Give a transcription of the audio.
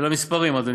ולמספרים, אדוני